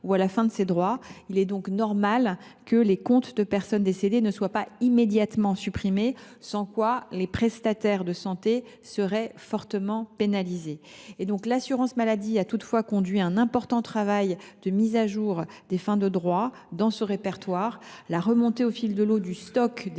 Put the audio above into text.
ou à la fin de ses droits. Il est normal que les comptes de personnes décédées ne soient pas immédiatement supprimés, sans quoi les prestataires de santé seraient fortement pénalisés. L’assurance maladie a toutefois conduit un important travail de mise à jour des fins de droit dans le Rniam. Veuillez conclure,